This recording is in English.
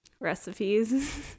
recipes